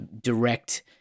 direct